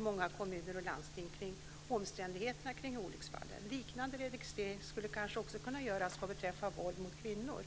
Man registrerar omständigheterna kring olycksfallen. En liknande registrering skulle också kunna göras när det gäller våld mot kvinnor.